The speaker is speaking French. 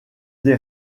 des